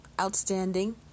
outstanding